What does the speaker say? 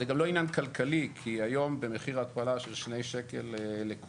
זה גם לא עניין כלכלי כי היום במחיר ההתפלה של 2 שקל לקוב